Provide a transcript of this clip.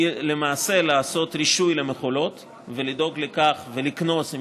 לעשות רישוי למכולות ולדאוג לכך ולקנוס אם